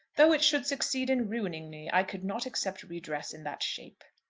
though it should succeed in ruining me, i could not accept redress in that shape.